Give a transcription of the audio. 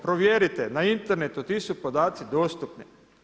Provjerite, na internetu, ti su podaci dostupni.